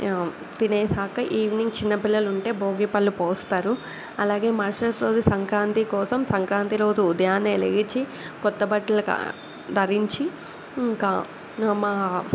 తినేసాక evening చిన్నపిల్లలు ఉంటే భోగి పళ్ళు పోస్తారు అలాగే మరసటి రోజు సంక్రాంతి కోసం సంక్రాంతి రోజు ఉదయాన్నే లేచి కొత్తబట్టలు కా ధరించి ఇంకా మా